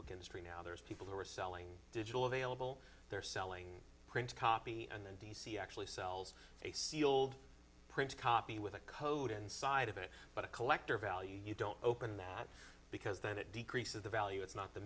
book industry now there's people who are selling digital available they're selling print copy and then d c actually sells a sealed print copy with a code inside of it but a collector value you don't open that because then it decreases the value it's not the